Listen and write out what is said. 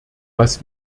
was